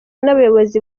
n’abayobozi